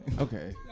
Okay